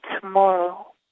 tomorrow